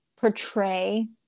portray